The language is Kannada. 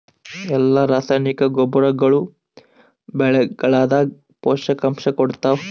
ಎಲ್ಲಾ ರಾಸಾಯನಿಕ ಗೊಬ್ಬರಗೊಳ್ಳು ಬೆಳೆಗಳದಾಗ ಪೋಷಕಾಂಶ ಕೊಡತಾವ?